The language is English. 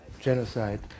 genocide